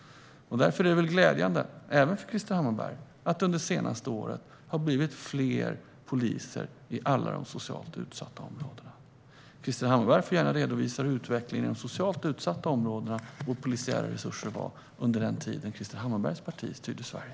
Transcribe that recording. Därför är det väl glädjande även för Krister Hammarbergh att det under det senaste året har blivit fler poliser i alla de socialt utsatta områdena. Krister Hammarbergh får gärna redovisa hur utvecklingen i de socialt utsatta områdena och när det gäller de polisiära resurserna var under den tid Krister Hammarberghs parti styrde Sverige.